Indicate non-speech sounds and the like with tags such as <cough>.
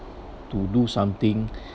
to do something <breath>